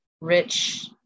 rich